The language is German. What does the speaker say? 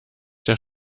der